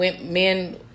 men